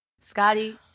Scotty